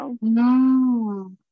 No